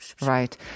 Right